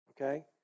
Okay